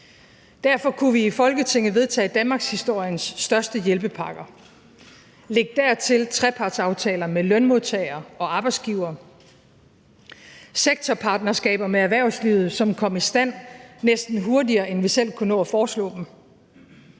Derfor kunne vi i Folketinget vedtage danmarkshistoriens største hjælpepakker. Læg dertil trepartsaftaler med lønmodtagere og arbejdsgivere, sektorpartnerskaber med erhvervslivet, som kom i stand, næsten hurtigere end vi selv kunne nå at foreslå dem.